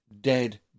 dead